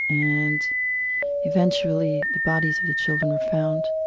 and eventually the bodies of the children were found